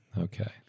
Okay